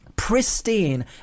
pristine